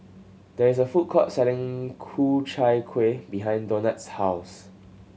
there is a food court selling Ku Chai Kueh behind Donat's house